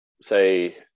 say